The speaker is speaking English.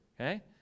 okay